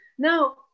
Now